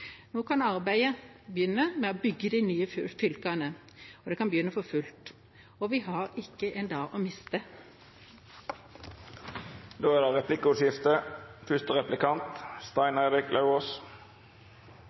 Nå kan arbeidet begynne med å bygge de nye fylkene, og det kan begynne for fullt. Vi har ikke en dag å miste. Det vert replikkordskifte.